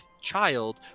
child